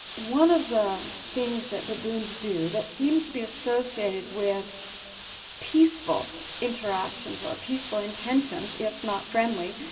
one of the things that baboons do that seems to be associated with peaceful interactions or peaceful intentions, if not friendly,